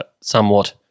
somewhat